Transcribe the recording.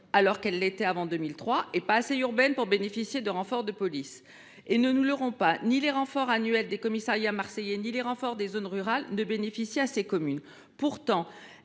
alors qu’elles l’étaient avant 2003, ni assez urbaines pour bénéficier de renforts de police. Ne nous leurrons pas, ni les renforts annuels des commissariats marseillais ni les renforts des zones rurales ne bénéficient à ces communes. Pourtant,